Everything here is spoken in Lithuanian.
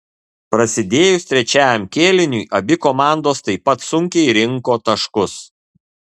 prasidėjus trečiajam kėliniui abi komandos taip pat sunkiai rinko taškus